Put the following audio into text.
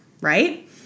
right